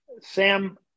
Sam